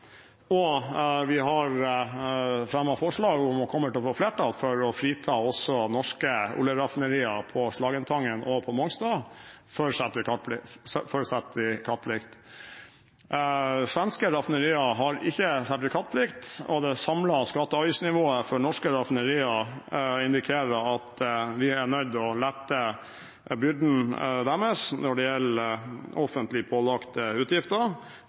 ordningen. Vi har fremmet forslag om – og kommer til å få flertall for – å frita også norske oljeraffinerier på Slagentangen og Mongstad for sertifikatplikt. Svenske raffinerier har ikke sertifikatplikt, og det samlede skatte- og avgiftsnivået for norske raffinerier indikerer at vi er nødt til å lette deres byrde når det gjelder offentlig pålagte utgifter,